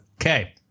Okay